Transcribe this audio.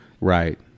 Right